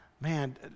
man